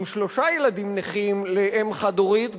עם שלושה ילדים נכים לאם חד-הורית,